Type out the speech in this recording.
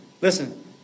Listen